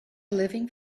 living